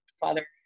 Father